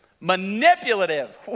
Manipulative